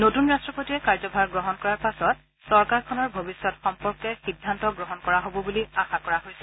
নতুন ৰাষ্ট্ৰপতিয়ে কাৰ্যভাৰ গ্ৰহণ কৰাৰ পাছত চৰকাৰখনৰ ভৱিষ্যত সম্পৰ্কে সিদ্ধান্ত গ্ৰহণ কৰা হ'ব বুলি আশা কৰা হৈছে